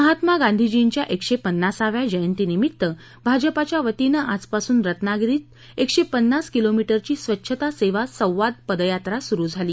महात्मा गांधीजींच्या एकशेपन्नासाव्या जयंतीनिमित्त भाजपाच्या वतीनं आजपासून रत्नागिरीत एकशेपन्नास किलोमीटरची स्वच्छता सेवा संवाद पदयात्रा सुरू झाली